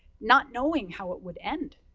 not knowing how it would end.